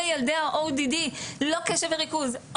אלה ילדי ה-ODD לא קשב וריכוז,